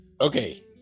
Okay